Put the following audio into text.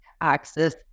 access